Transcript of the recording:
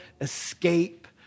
escape